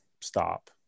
stop